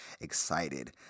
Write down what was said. excited